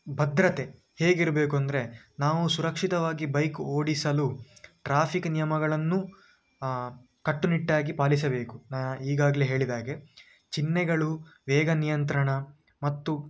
ಭದ್ರತೆ ಹೇಗಿರಬೇಕು ಅಂದರೆ ನಾವು ಸುರಕ್ಷಿತವಾಗಿ ಬೈಕ್ ಓಡಿಸಲು ಟ್ರಾಫಿಕ್ ನಿಯಮಗಳನ್ನು ಕಟ್ಟುನಿಟ್ಟಾಗಿ ಪಾಲಿಸಬೇಕು ಈಗಾಗ್ಲೆ ಹೇಳಿದಾಗೆ ಚಿನ್ಹೆಗಳು ವೇಗ ನಿಯಂತ್ರಣ ಮತ್ತು